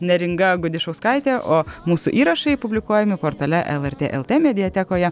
neringa gudišauskaitė o mūsų įrašai publikuojami portale lrt lt mediatekoje